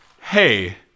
Hey